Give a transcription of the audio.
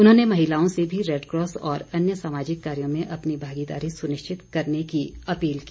उन्होंने महिलाओं से भी रेडकॉस और अन्य सामाजिक कार्यों में अपनी भागीदारी सुनिश्चित करने की अपील की